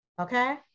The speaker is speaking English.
Okay